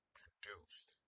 produced